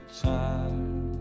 time